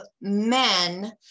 men